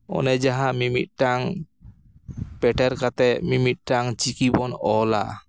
ᱚᱱᱮ ᱡᱟᱦᱟᱸ ᱢᱤᱢᱤᱫᱴᱟᱝ ᱯᱮᱴᱮᱨ ᱠᱟᱛᱮᱫ ᱢᱤᱢᱤᱫᱴᱟᱝ ᱪᱤᱠᱤᱵᱚᱱ ᱚᱞᱟ